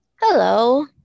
hello